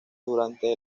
durante